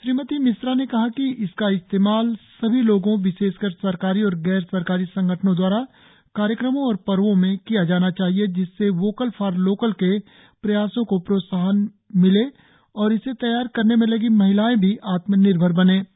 श्रीमती मिश्रा ने कहा कि इसका इस्तेमाल सभी लोगो विशेषकर सरकारी और गैर सरकारी संगठनों द्वारा कार्यक्रमों और पर्वो में किया जाना चाहिए जिससे वोकल फोर लोकल के प्रयासो को प्रोत्साहन मिलना और इसे तैयार करने में लगी महिलाएं भी आत्मनिर्भर बनेंगी